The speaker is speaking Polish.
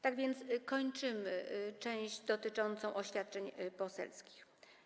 Tak więc kończymy część dotyczącą oświadczeń poselskich.